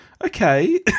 Okay